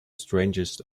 strangest